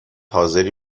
حاضری